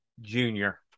Junior